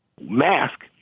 Mask